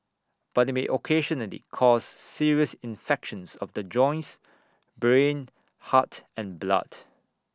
but they may occasionally cause serious infections of the joints brain heart and blood